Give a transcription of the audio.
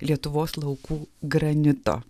lietuvos laukų granito